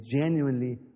genuinely